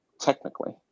technically